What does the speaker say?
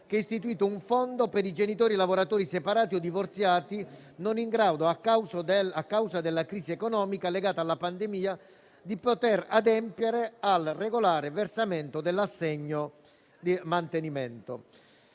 che ha istituito un Fondo per i genitori lavoratori separati o divorziati non in grado, a causa della crisi economica legata alla pandemia, di poter adempiere al regolare versamento dell'assegno di mantenimento.